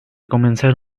comenzar